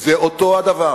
זה אותו הדבר.